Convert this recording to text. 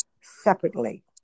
separately